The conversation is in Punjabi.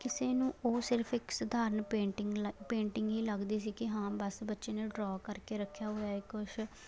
ਕਿਸੇ ਨੂੰ ਉਹ ਸਿਰਫ ਇੱਕ ਸਧਾਰਨ ਪੇਂਟਿੰਗ ਲ ਪੇਂਟਿੰਗ ਹੀ ਲੱਗਦੀ ਸੀ ਕਿ ਹਾਂ ਬਸ ਬੱਚੇ ਨੂੰ ਡਰਾ ਕਰਕੇ ਰੱਖਿਆ ਹੋਇਆ ਕੁਛ